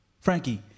Frankie